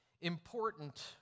Important